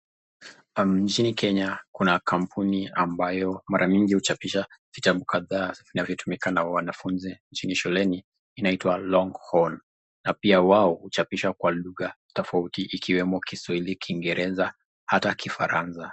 Nchini kenya kuna kampuni ambayo mara mingi huchapisha vitabu kadhaa vinayotumika na wanafunzi nchini shuleni inaitwa Longhorn na pia wao huchapisha kwa lugha tofauti ikiwemo kiswahili, kingereza na hata kifaransa.